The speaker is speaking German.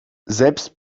selbst